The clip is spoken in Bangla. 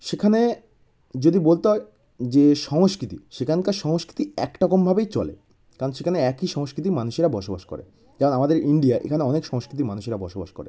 সেখানে যদি বলতে হয় যে সংস্কৃতি সেখানকার সংস্কৃতি একটকমভাবেই চলে কারণ সেখানে একই সংস্কৃতির মানুষেরা বসবাস করে যেমন আমাদের ইন্ডিয়া এখানে অনেক সংস্কৃতির মানুষেরা বসবাস করে